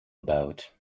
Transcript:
about